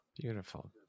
Beautiful